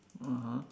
(uh huh)